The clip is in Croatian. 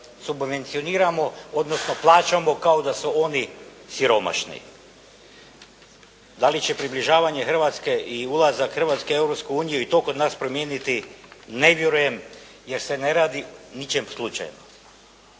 subvencioniramo, odnosno plaćamo kao da su oni siromašni. Da li će približavanje Hrvatske i ulazak Hrvatske u Europsku uniju i to kod nas promijeniti ne vjerujem jer se ne radi o ničem slučajno.